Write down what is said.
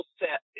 set